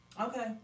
Okay